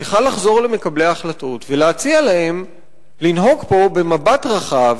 צריכה לחזור למקבלי ההחלטות ולהציע להם לנהוג פה במבט רחב,